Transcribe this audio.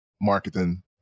marketing